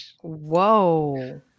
Whoa